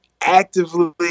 actively